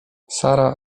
sara